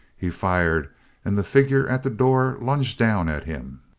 he fired and the figure at the door lunged down at him.